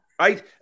right